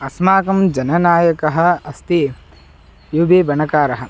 अस्माकं जननायकः अस्ति यु बि बणकारः